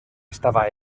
estava